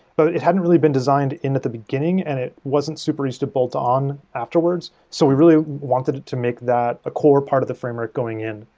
but it hadn't really been designed in at the beginning and it wasn't super easy to build on afterwards. so we really wanted it to make that core part of the framework going in.